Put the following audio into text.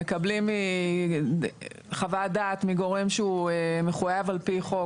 מקבלים חוות דעת מגורם שהוא מחויב על פי חוק,